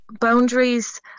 boundaries